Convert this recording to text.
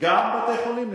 גם בתי-חולים.